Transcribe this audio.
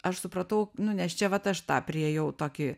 aš supratau nu nes čia vat aš tą priėjau tokį